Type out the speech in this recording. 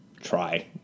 try